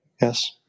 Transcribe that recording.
Yes